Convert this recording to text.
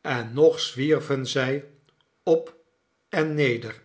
en nog zwierven zij op en neder